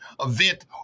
event